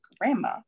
grandma